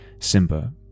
Simba